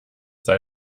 sei